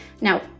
Now